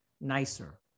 nicer